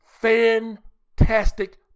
fantastic